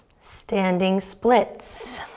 standing splits.